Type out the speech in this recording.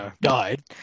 died